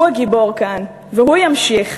הוא הגיבור כאן והוא ימשיך.